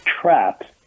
traps